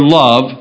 love